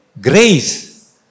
grace